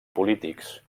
polítics